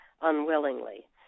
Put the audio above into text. unwillingly